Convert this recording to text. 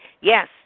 Yes